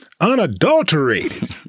Unadulterated